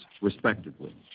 respectively